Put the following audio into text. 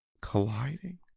Colliding